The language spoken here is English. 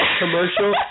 commercial